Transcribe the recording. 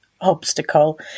obstacle